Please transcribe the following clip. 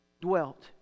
dwelt